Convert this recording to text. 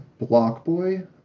Blockboy